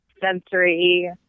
sensory